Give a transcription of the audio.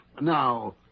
Now